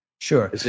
Sure